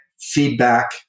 feedback